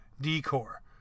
decor